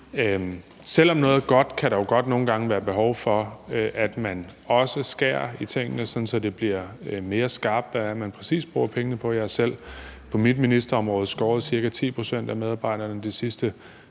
selv om noget er godt, kan der jo godt nogle gange være behov for, at man også skærer i tingene, sådan at det bliver mere skarpt, hvad det er, man præcis bruger pengene på. Jeg har selv på mit ministerområde skåret ca. 10 pct. af medarbejderne væk det sidste